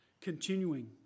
Continuing